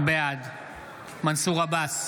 בעד מנסור עבאס,